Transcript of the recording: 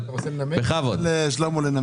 ניתן לשלמה לנמק.